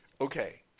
Okay